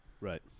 right